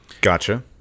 Gotcha